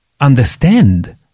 understand